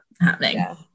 happening